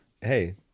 Hey